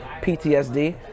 PTSD